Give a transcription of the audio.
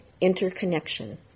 interconnection